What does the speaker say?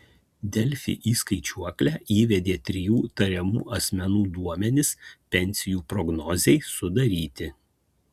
delfi į skaičiuoklę įvedė trijų tariamų asmenų duomenis pensijų prognozei sudaryti